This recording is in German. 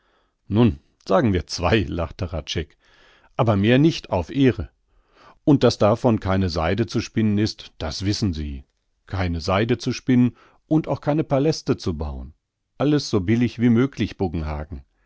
nun sagen wir zwei lachte hradscheck aber mehr nicht auf ehre und daß davon keine seide zu spinnen ist das wissen sie keine seide zu spinnen und auch keine paläste zu bauen also so billig wie möglich